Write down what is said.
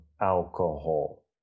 alcohol